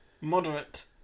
moderate